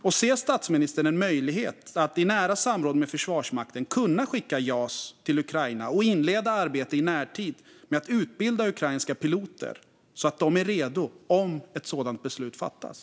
Och ser statsministern en möjlighet att i nära samråd med Försvarsmakten skicka Jas till Ukraina och inleda arbete i närtid med att utbilda ukrainska piloter så att de är redo om ett sådant beslut fattas?